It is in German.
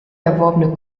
erworbene